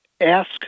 ask